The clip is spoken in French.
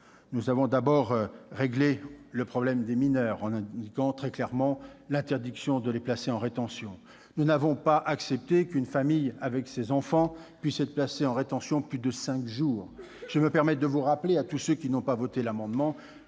Nous avons d'abord réglé le problème des mineurs, en interdisant très clairement leur placement en rétention. Nous n'avons pas accepté qu'une famille avec enfants puisse être placée en rétention durant plus de cinq jours Je me permets de rappeler à tous ceux qui n'ont pas voté pour l'amendement